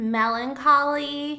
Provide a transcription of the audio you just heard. melancholy